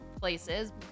places